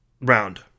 round